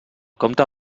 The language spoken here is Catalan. comte